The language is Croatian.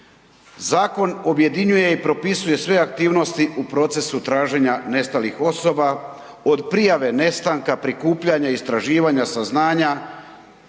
Zakon objedinjuje i propisuje sve aktivnosti u procesu traženja nestalih osoba od prijave nestanka, prikupljanja, istraživanja, saznanja,